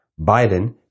Biden